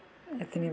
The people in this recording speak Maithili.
एतबी